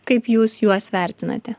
kaip jūs juos vertinate